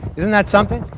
isn't that something?